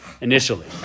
initially